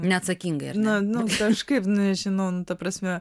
kažkaip nežinau nu ta prasme